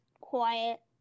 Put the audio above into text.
Quiet